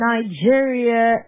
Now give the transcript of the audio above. Nigeria